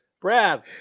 Brad